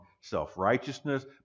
self-righteousness